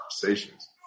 conversations